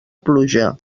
pluja